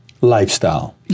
Lifestyle